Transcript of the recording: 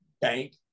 bank